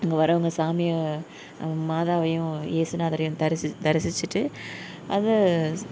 அங்கே வரவங்க சாமியை மாதாவையும் ஏசுநாதரையும் தரிசிச் தரிசிச்சிட்டு அது